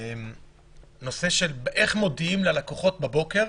הנושא של איך מודיעים ללקוחות בבוקר